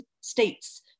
states